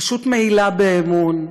פשוט מעילה באמון.